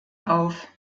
auf